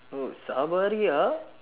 oh sabariah